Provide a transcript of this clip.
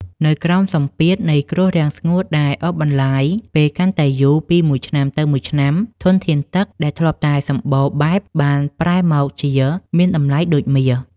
នៅក្រោមសម្ពាធនៃគ្រោះរាំងស្ងួតដែលអូសបន្លាយពេលកាន់តែយូរពីមួយឆ្នាំទៅមួយឆ្នាំ ធនធានទឹកដែលធ្លាប់តែសម្បូរបែបបានប្រែមកជាមានតម្លៃដូចមាស។